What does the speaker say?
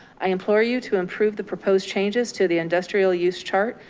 i implore you to improve the proposed changes to the industrial use chart,